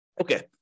Okay